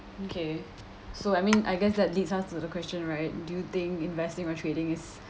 okay so I mean I guess that leads us to the question right do you think investing or trading is